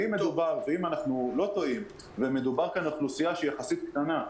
ואם אנחנו לא טועים ומדובר כאן על אוכלוסייה שהיא יחסית קטנה,